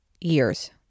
years